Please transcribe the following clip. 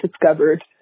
discovered